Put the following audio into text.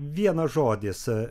vienas žodis